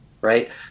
right